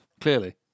clearly